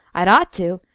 i'd ought to,